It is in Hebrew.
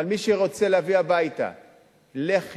אבל מי שרוצה להביא הביתה לחם,